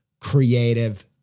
creative